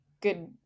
good